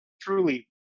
truly